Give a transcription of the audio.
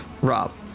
Rob